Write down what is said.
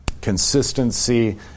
Consistency